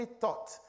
thought